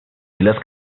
islas